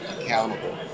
accountable